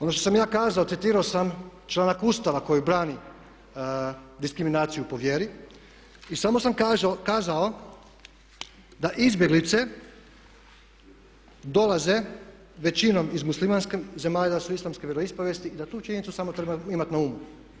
Ono što sam ja kazao, citirao sam članak Ustava koji brani diskriminaciju po vjeri i samo sam kazao da izbjeglice dolaze većinom iz muslimanskih zemalja, da su islamske vjeroispovijesti i da tu činjenicu samo treba imati na umu.